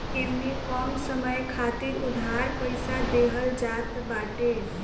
इमे कम समय खातिर उधार पईसा देहल जात बाटे